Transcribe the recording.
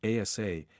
ASA